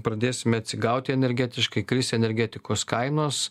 pradėsime atsigauti energetiškai kris energetikos kainos